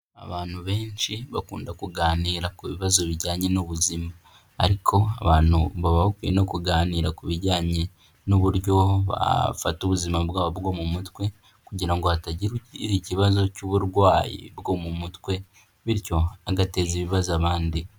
Abantu benshi bakunda kuganira ku bibazo bijyanye n'ubuzima, ariko abantu baba bakwiye no kuganira ku bijyanye n'uburyo bafata ubuzima bwabo bwo mu mutwe kugira ngo hatagira ikibazo cy'uburwayi bwo mu mutwe bityo agateza ibibazo abandi.